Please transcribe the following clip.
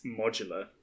Modular